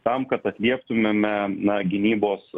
tam kad atlieptumėme na gynybos